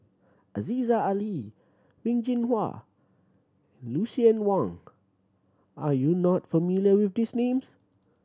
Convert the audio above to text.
Aziza Ali Wen Jinhua Lucien Wang are you not familiar with these names